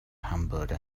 hamburger